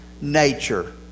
nature